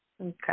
Okay